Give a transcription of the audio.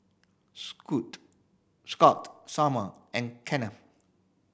Scot Somer and Kennth